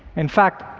in fact,